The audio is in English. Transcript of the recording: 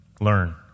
Learn